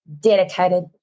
dedicated